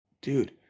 dude